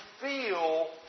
feel